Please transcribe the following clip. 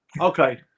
Okay